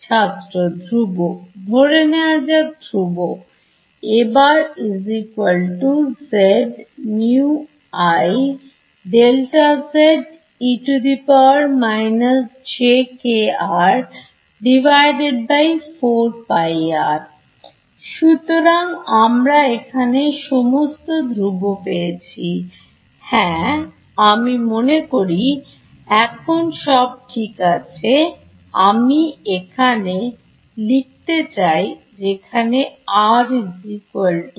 ছাত্র ধ্রুব ধরে নেওয়া যাক ধ্রুব সুতরাংআমরা এখানে সমস্ত ধ্রুব পেয়েছি হ্যাঁ আমি মনে করি এখন সব ঠিক আছে আমি এখানে লিখতে চাই যেখানে r